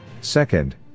Second